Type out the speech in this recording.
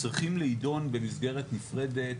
צריכים להידון במסגרת נפרדת.